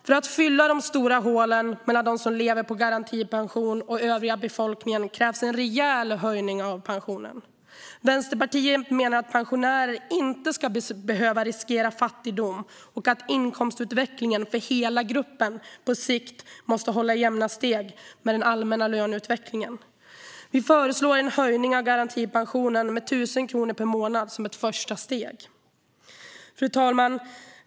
För att fylla de stora hålen mellan dem som lever på garantipension och den övriga befolkningen krävs en rejäl höjning av garantipensionerna. Vänsterpartiet menar att pensionärer inte ska behöva riskera fattigdom och att inkomstutvecklingen för hela gruppen på sikt måste hålla jämna steg med den allmänna löneutvecklingen. Vi föreslår en höjning av garantipensionen med 1 000 kronor per månad som ett första steg. Fru talman!